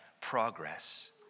progress